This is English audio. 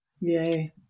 yay